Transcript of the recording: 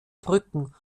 brücken